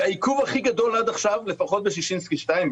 והעיכוב הכי גדול עד עכשיו לפחות בששינסקי 2,